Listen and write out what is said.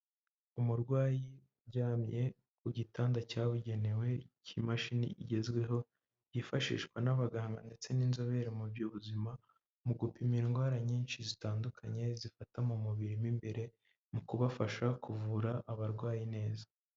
Umurwayi uryamye ku gitanda cyabugenewe cy'imashini igezweho, yifashishwa n'abaganga ndetse n'inzobere mu by'ubuzima, mu gupima indwara nyinshi zitandukanye zifata mu mubiri mu imbere mu kubafasha kuvura abarwayi neza.